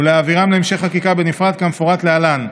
ולהעבירם להמשך חקיקה בנפרד, כמפורט להלן: